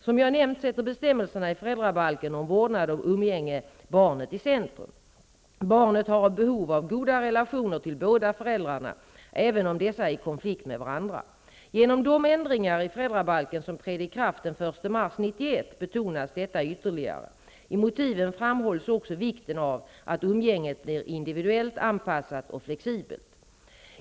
Som jag nämnt sätter bestämmelserna i föräldrabalken om vårdnad och umgänge barnet i centrum. Barnet har behov av goda relationer till båda föräldrarna även om dessa är i konflikt med varandra. Genom de ändringar i föräldrabalken som trädde i kraft den 1 mars 1991 betonas detta ytterligare. I motiven framhålls också vikten av att umgänget blir individuellt anpassat och flexibelt.